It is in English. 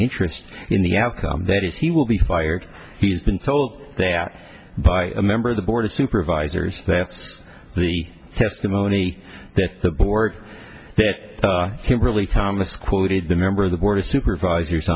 interest in the outcome that is he will be fired he has been told that by a member of the board of supervisors that the testimony that the board that he really thomas quoted the member of the board of supervisors